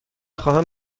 خواهم